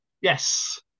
Yes